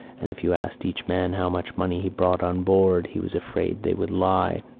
and if you asked each man how much money he brought on board he was afraid they would lie,